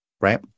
Right